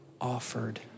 offered